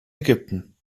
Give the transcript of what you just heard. ägypten